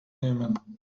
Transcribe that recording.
nehmen